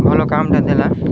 ଭଲ କାମଟା ଦେଲା